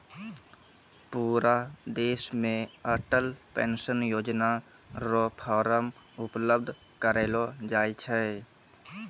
पूरा देश मे अटल पेंशन योजना र फॉर्म उपलब्ध करयलो जाय छै